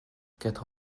quatre